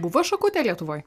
buvo šakutė lietuvoj